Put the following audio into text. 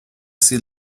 see